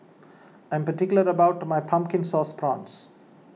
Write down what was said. I am particular about my Pumpkin Sauce Prawns